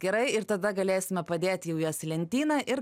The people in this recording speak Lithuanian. gerai ir tada galėsime padėt jau jas į lentyną ir